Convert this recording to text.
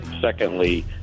Secondly